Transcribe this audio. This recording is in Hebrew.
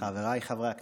חבריי חברי הכנסת,